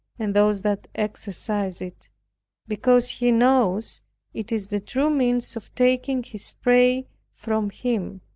and those that exercise it because he knows it is the true means of taking his prey from him.